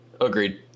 Agreed